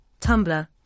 Tumblr